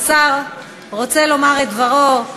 השר רוצה לומר את דברו,